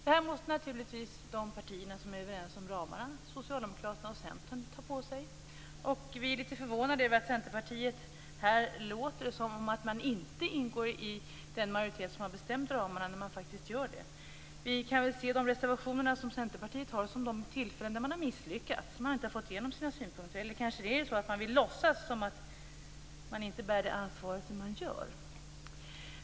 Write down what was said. Det måste naturligtvis de partier som är överens om ramarna, Socialdemokraterna och Centern, ta på sig. Vi är litet förvånade över att Centerpartiet här låter som att man inte ingår i den majoritet som bestämt ramarna när man faktiskt gör det. Vi kan se i de reservationer som Centerpartiet har som de punkter där man har misslyckats. Man har inte lyckats få genom sina synpunkter. Man kanske vill låtsas om att man inte bär det ansvaret.